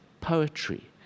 poetry